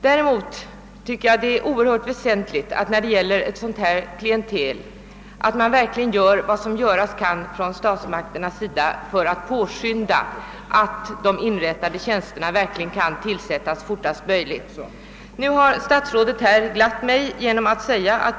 Däremot tycker jag det är synnerligen väsentligt att statsmakterna när det gäller ett sådant här vårdbehövande klientel verkligen gör vad som kan göras för att påskynda tillsättandet av de inrättade tjänsterna. Nu har statsrådet glatt mig genom att i svaret säga: »Kungl.